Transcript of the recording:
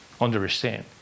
understand